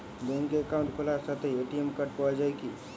ব্যাঙ্কে অ্যাকাউন্ট খোলার সাথেই এ.টি.এম কার্ড পাওয়া যায় কি?